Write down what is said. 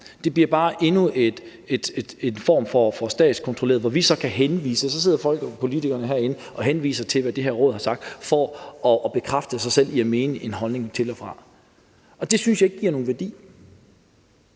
Det bliver bare endnu en form for statskontrol, som vi så kan henvise til. Og så sidder politikerne jo herinde og henviser til, hvad det her råd har sagt, for at bekræfte sig selv i at vælge en holdning til og fra. Og det synes jeg ikke giver nogen værdi.